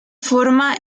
forma